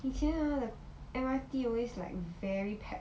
以前 hor like M_R_T always like very packed